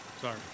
Sorry